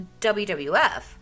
WWF